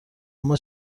اما